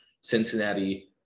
Cincinnati